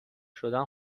شدن